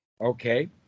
Okay